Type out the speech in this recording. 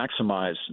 maximize